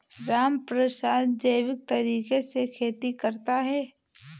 रामप्रसाद जैविक तरीके से खेती करता है